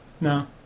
No